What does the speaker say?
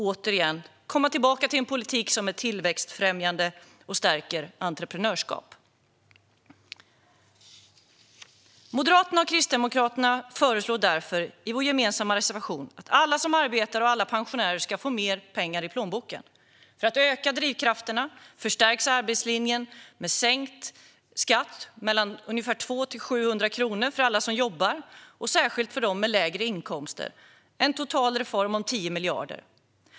Vi kan komma tillbaka till en politik som är tillväxtfrämjande och stärker entreprenörskap. Vi i Moderaterna och Kristdemokraterna föreslår därför i vår gemensamma reservation att alla som arbetar och alla pensionärer ska få mer pengar i plånboken. För att öka drivkrafterna förstärks arbetslinjen med sänkt skatt med ungefär 200-700 kronor för alla som jobbar och särskilt för dem med lägre inkomster. Det är en total reform om 10 miljarder.